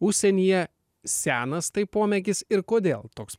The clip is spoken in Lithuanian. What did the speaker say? užsienyje senas tai pomėgis ir kodėl toks